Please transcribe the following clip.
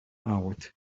out